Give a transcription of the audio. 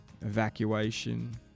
evacuation